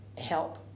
help